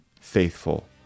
faithful